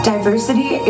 Diversity